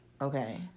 okay